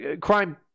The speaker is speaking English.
crime